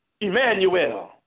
Emmanuel